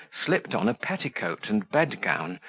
slipped on a petticoat and bedgown,